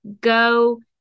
go